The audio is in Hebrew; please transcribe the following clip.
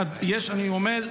אני אומר,